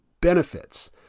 benefits